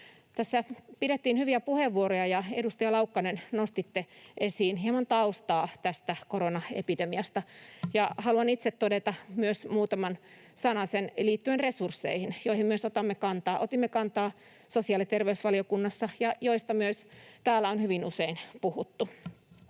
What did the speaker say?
Tässä pidettiin hyviä puheenvuoroja. Edustaja Laukkanen, nostitte esiin hieman taustaa tästä koronaepidemiasta. Haluan myös itse todeta muutaman sanasen liittyen resursseihin, joihin myös otamme kantaa. Otimme niihin kantaa sosiaali- ja terveysvaliokunnassa, ja niistä on myös täällä hyvin usein puhuttu.